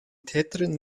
täterin